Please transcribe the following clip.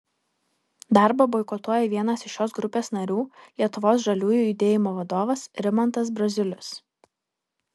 darbą boikotuoja vienas iš šios grupės narių lietuvos žaliųjų judėjimo vadovas rimantas braziulis